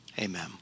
amen